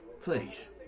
Please